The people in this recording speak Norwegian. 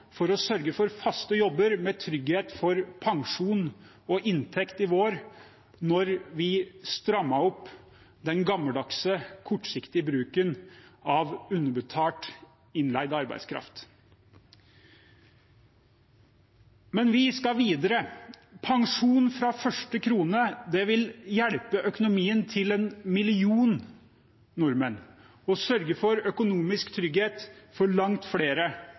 for å sørge for faste jobber med trygghet for pensjon og inntekt, da vi strammet opp den gammeldagse, kortsiktige bruken av underbetalt innleid arbeidskraft. Men vi skal videre. Pensjon fra første krone vil hjelpe økonomien til en million nordmenn og sørge for økonomisk trygghet for langt flere